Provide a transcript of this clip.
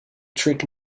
trick